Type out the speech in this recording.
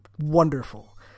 wonderful